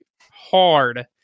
hard